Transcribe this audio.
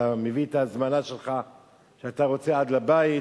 אתה מביא את ההזמנה שלך שאתה רוצה עד הבית,